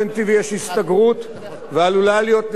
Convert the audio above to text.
ועלולה להיות נסיגה לאחור בשני המגזרים: